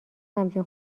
همچین